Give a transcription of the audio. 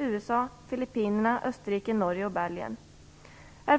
Till